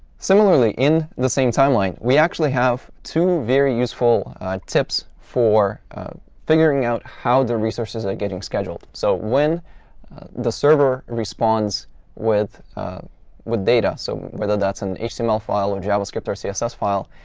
similarly in the same timeline, we actually have two very useful tips for figuring out how the resources are getting scheduled. so when the server responds with with data so whether that's an html file or javascript or css file